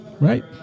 right